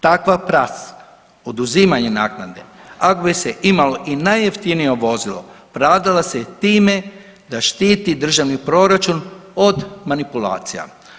Takva ... [[Govornik se ne čuje.]] oduzimanje naknade, ako bi se imalo i najjeftinije vozilo, pravdala se time da štiti državni proračun od manipulacija.